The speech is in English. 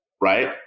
right